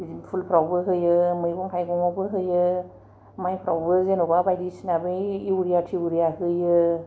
बेदिनो फुलफ्रावबो होयो मैगंफ्रावबो होयो मायफ्रावबो जेन'बा बायदिसिना बै इउरिया थिउरिया होयो